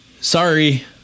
Sorry